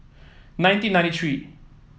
nineteen ninety three